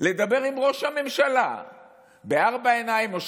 לדבר עם ראש הממשלה בארבע עיניים,